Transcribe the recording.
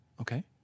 Okay